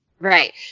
Right